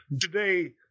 Today